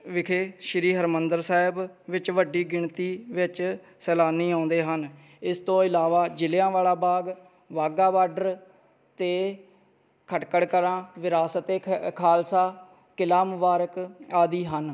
ਵਿਖੇ ਸ਼੍ਰੀ ਹਰਿਮੰਦਰ ਸਾਹਿਬ ਵਿੱਚ ਵੱਡੀ ਗਿਣਤੀ ਵਿੱਚ ਸੈਲਾਨੀ ਆਉਂਦੇ ਹਨ ਇਸ ਤੋਂ ਇਲਾਵਾ ਜਲ੍ਹਿਆਂਵਾਲਾ ਬਾਗ ਵਾਹਗਾ ਬਾਰਡਰ ਅਤੇ ਖਟਕੜ ਕਲਾਂ ਵਿਰਾਸਤ ਏ ਖਾਲਸਾ ਕਿਲਾ ਮੁਬਾਰਕ ਆਦਿ ਹਨ